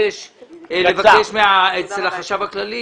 סגן החשב הכללי